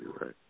right